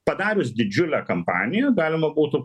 padarius didžiulę kampaniją galima būtų